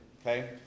okay